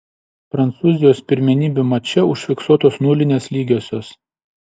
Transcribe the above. prancūzijos pirmenybių mače užfiksuotos nulinės lygiosios